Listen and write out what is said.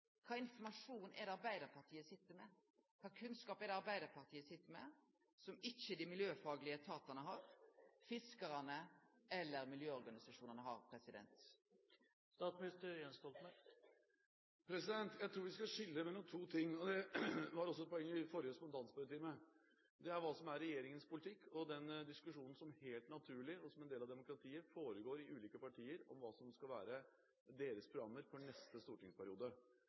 informasjon er det Arbeidarpartiet sit med? Kva for kunnskap er det Arbeiderpartiet sit med som dei miljøfaglege etatane, fiskarane eller miljøorganisasjonane ikkje har? Jeg tror vi skal skille mellom to ting, og det var også et poeng i forrige spontanspørretime: Det er hva som er regjeringens politikk, og den diskusjonen som helt naturlig, som en del av demokratiet, foregår i de ulike partier om hva som skal være deres programmer for neste stortingsperiode.